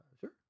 Sure